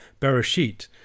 Bereshit